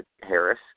Harris